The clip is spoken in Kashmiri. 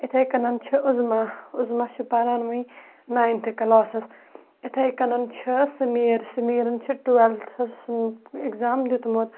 یِتھٕے کَنَن چھِ عظما عُزما چھِ پَران وٕنۍ ناینتھٕ کٕلاسَس یِتھٕے کَنَن چھِ سمیٖر سمیٖرَن چھِ ٹُوٮ۪لتھَس اٮ۪کزام دیُتمُت